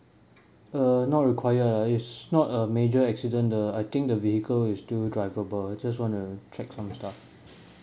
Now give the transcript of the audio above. err not require lah it's not a major accident the I think the vehicle is still drivable I just wanna check some staff